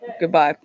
Goodbye